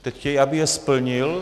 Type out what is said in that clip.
Teď chtějí, aby je splnil.